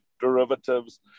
derivatives